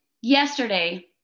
yesterday